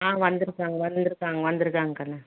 ஆ வந்துருக்கிறாங்க வந்துருக்காங்க வந்துருக்கிறாங்க கன்னு